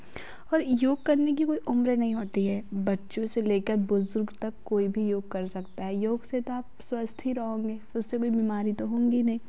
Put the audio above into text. और योग करने की कोई उम्र नहीं होती है बच्चों से लेकर बुज़ुर्ग तक कोई भी योग कर सकता है योग से तो आप स्वस्थ ही रहोगे उससे कोई बीमारी तो होगी नहीं